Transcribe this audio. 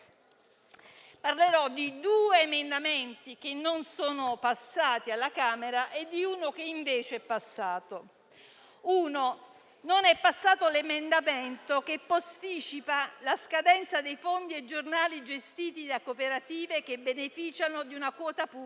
Parlerò di due emendamenti che non sono passati alla Camera e di uno che invece è stato approvato. Non è passato l'emendamento che posticipa la scadenza dei fondi ai giornali gestiti da cooperative che beneficiano di una quota pubblica,